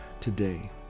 today